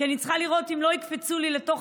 כי אני צריכה לראות אם לא יקפצו לי לתוך